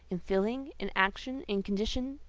in feeling, in action, in condition,